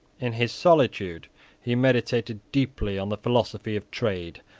in his solitude he meditated deeply on the philosophy of trade,